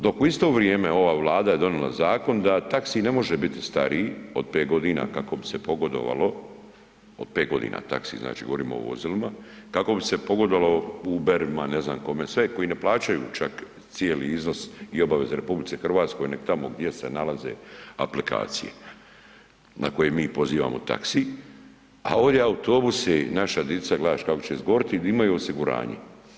Dok u isto vrijeme ova Vlada je donijela zakon da taxi ne može biti stariji od pet godina kako bi se pogodovalo, od pet godina taxi, znači govorimo o vozilima, kako bi se pogodovalo Uberima, ne znam kome sve, koji ne plaćaju čak cijeli iznos i obaveze RH neg tamo gdje se nalaze aplikacije na koje mi pozivamo taxi, a ovdje autobusi, naša dica gledaš kako će izgoriti di imaju osiguranje.